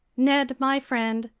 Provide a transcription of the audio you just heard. ned my friend,